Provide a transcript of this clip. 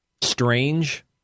strange